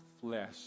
flesh